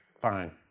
fine